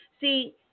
See